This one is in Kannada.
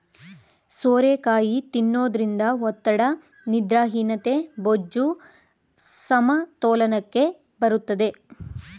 ಸೋರೆಕಾಯಿ ತಿನ್ನೋದ್ರಿಂದ ಒತ್ತಡ, ನಿದ್ರಾಹೀನತೆ, ಬೊಜ್ಜು, ಸಮತೋಲನಕ್ಕೆ ಬರುತ್ತದೆ